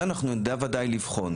זה אנחנו נדע ודאי לבחון.